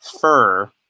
fur